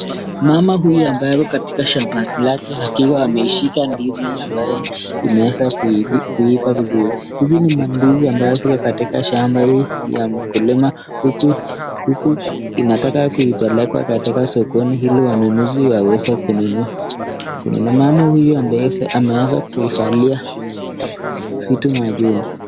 Mama huyu ambaye ako katika shambani lake akiwa ameishika ndizi ambaye imeeza kuiva vizuri. Hizi ni mandizi ambaye ziko katika shamba hii ya mkulima huku inataka kuipeleka katika sokoni ili wanunuzi waweze kununua. Mama huyu ameweza kuivalia suti maalum.